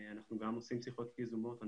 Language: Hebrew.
אנחנו גם עושים שיחות יזומות,